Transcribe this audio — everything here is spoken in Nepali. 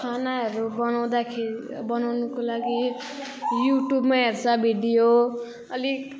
खानाहरू बनाउँदाखेरि बनाउनुको लागि युट्युबमा हेर्छ भिडियो अलिक